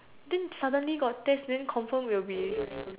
then suddenly got test then confirm will be